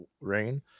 rain